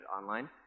online